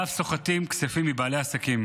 ואף סוחטים כספים מבעלי עסקים.